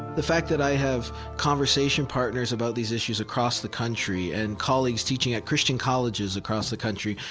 the fact that i have conversation partners about these issues across the country and colleagues teaching at christian colleges across the country,